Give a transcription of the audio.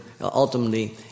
ultimately